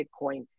Bitcoin